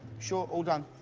sure all done?